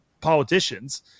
politicians